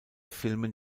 filmen